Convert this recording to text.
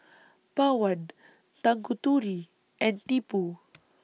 Pawan Tanguturi and Tipu